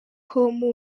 com